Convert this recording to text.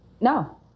No